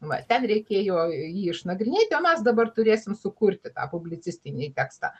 va ten reikėjo jį išnagrinėti o mes dabar turėsim sukurti tą publicistinį tekstą